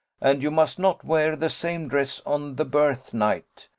and you must not wear the same dress on the birthnight.